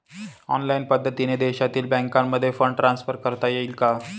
Online पद्धतीने देशातील बँकांमध्ये फंड ट्रान्सफर करता येईल का?